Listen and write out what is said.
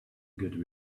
good